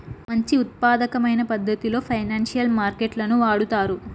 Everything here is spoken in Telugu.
మంచి ఉత్పాదకమైన పద్ధతిలో ఫైనాన్సియల్ మార్కెట్ లను వాడుతారు